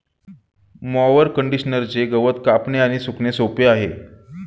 mower कंडिशनरचे गवत कापणे आणि सुकणे सोपे आहे